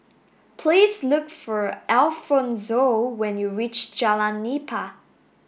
please look for Alfonzo when you reach Jalan Nipah